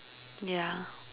yeah